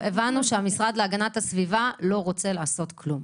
שהמשרד להגנת הסביבה לא רוצה לעשות כלום.